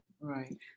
Right